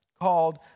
called